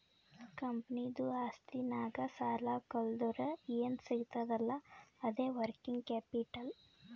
ಕಂಪನಿದು ಆಸ್ತಿನಾಗ್ ಸಾಲಾ ಕಳ್ದುರ್ ಏನ್ ಸಿಗ್ತದ್ ಅಲ್ಲಾ ಅದೇ ವರ್ಕಿಂಗ್ ಕ್ಯಾಪಿಟಲ್